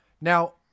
Now